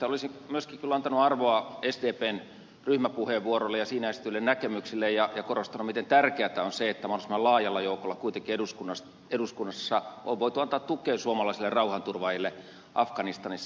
olisin myöskin kyllä antanut arvoa sdpn ryhmäpuheenvuorolle ja siinä esitetyille näkemyksille ja korostanut miten tärkeätä on se että mahdollisimman laajalla joukolla kuitenkin eduskunnassa on voitu antaa tukea suomalaisille rauhanturvaajille afganistanissa